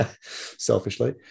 selfishly